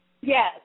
Yes